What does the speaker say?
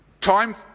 time